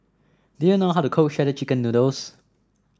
do you know how to cook Shredded Chicken Noodles